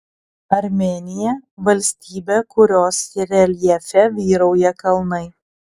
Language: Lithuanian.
armėnija valstybė kurios reljefe vyrauja kalnai